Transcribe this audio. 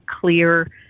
clear